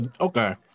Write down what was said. okay